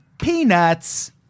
Peanuts